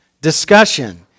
discussion